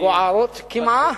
בוערות קמעה,